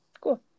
cool